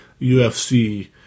UFC